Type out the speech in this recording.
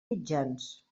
mitjans